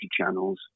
channels